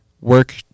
Work